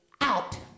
out